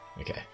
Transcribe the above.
Okay